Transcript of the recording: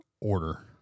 order